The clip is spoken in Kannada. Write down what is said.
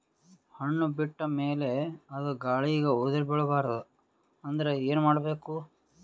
ಹಣ್ಣು ಬಿಟ್ಟ ಮೇಲೆ ಅದ ಗಾಳಿಗ ಉದರಿಬೀಳಬಾರದು ಅಂದ್ರ ಏನ ಮಾಡಬೇಕು?